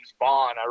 Bond